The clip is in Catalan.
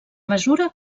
mesura